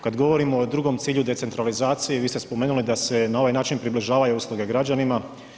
Kad govorimo o drugom cilju, decentralizaciji, vi ste spomenuli da se na ovaj način približavaju usluge građanima.